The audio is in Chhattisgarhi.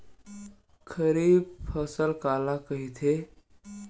खरीफ फसल काला कहिथे?